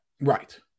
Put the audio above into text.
Right